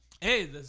Hey